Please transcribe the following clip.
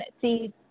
see